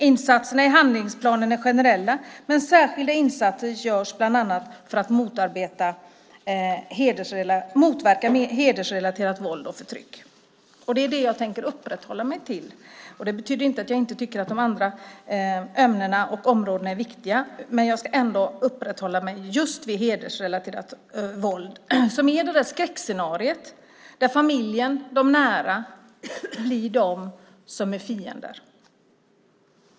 Insatserna i handlingsplanen är generella, men särskilda insatser görs bland annat för att motverka hedersrelaterat våld och förtryck. Det är vid detta jag tänker uppehålla mig. Men det betyder inte att jag inte tycker att de andra ämnena och områdena är viktiga. Jag ska alltså ändå uppehålla mig vid just frågan om hedersrelaterat våld. Skräckscenariot är att familjen, de nära, blir de som är fiender.